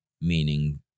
meaning